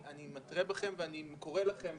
אני מתרה בכם ואני קורא לכם